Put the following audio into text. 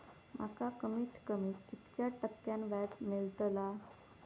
माका कमीत कमी कितक्या टक्क्यान व्याज मेलतला?